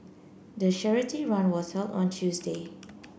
the charity run was held on Tuesday